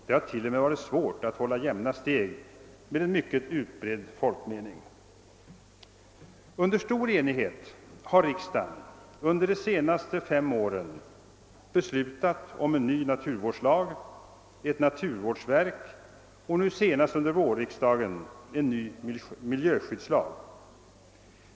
Det har till och med varit svårt att hålla jämna steg med en mycket utbredd folkmening. Under stor enighet har riksdagen de senaste fem åren beslutat om en ny naturvårdslag, ett naturvårdsverk och nu senast under vårriksdagen en ny miljöskyddslag.